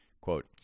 Quote